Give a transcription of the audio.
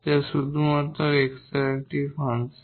যা শুধুমাত্র x এর একটি ফাংশন